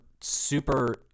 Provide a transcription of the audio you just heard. super